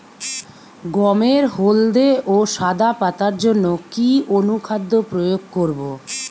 গমের হলদে ও সাদা পাতার জন্য কি অনুখাদ্য প্রয়োগ করব?